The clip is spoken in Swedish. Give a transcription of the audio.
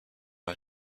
han